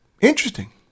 interesting